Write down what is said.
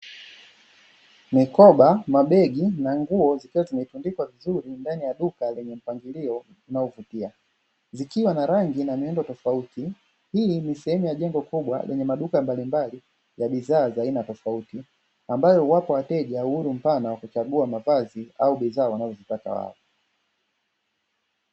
Mikoba, mabegi na nguo zikiwa zinaitundika vizuri ndani ya duka lenye mpangilio na upitia zikiwa na rangi tofauti hii ni sehemu ya jengo kubwa lenye maduka mbalimbali ya bidhaa za aina tofauti ambayo wapo wateja uhuru mfano wa kuchagua mavazi au bidhaa wanazotaka wao.